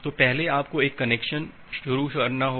तो पहले आपको एक कनेक्शन शुरू करना होगा